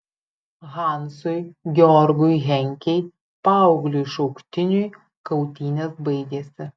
hansui georgui henkei paaugliui šauktiniui kautynės baigėsi